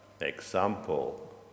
example